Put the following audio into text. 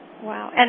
Wow